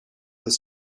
this